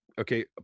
okay